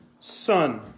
son